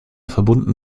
verbunden